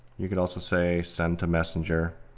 you could also say send to messenger,